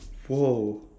!whoa!